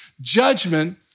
Judgment